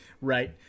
Right